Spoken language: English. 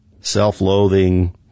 self-loathing